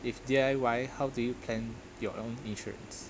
if D_I_Y how do you plan your own insurance